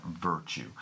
virtue